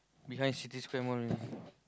behind City-Square-mall only